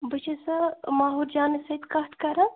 بہٕ چھَ سا محموٗد جانٛس سۭتۍ کَتھ کَران